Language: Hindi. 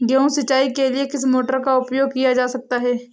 गेहूँ सिंचाई के लिए किस मोटर का उपयोग किया जा सकता है?